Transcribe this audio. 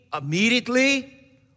immediately